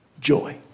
Joy